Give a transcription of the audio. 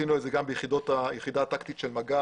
עשינו את זה גם ביחידה הטקטית של מג"ב.